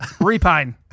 Repine